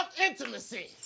intimacy